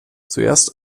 zuerst